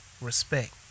respect